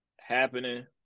happening